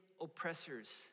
oppressors